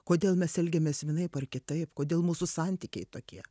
kodėl mes elgiamės vienaip ar kitaip kodėl mūsų santykiai tokie